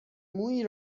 مویی